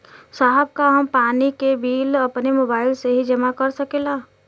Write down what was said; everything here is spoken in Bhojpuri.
साहब का हम पानी के बिल अपने मोबाइल से ही जमा कर सकेला?